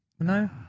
No